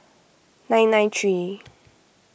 nine nine three